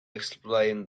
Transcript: explained